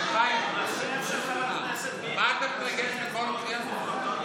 גש אליו, בני, בבקשה.